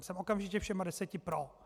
Jsem okamžitě všemi deseti pro.